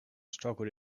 struggled